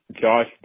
Josh